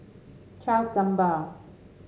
Charles Gamba